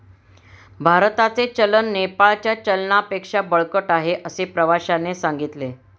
भारताचे चलन नेपाळच्या चलनापेक्षा बळकट आहे, असे प्रवाश्याने सांगितले